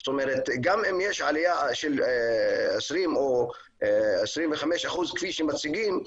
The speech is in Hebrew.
זאת אומרת גם אם יש עלייה של 20% או 25% כפי שמציגים,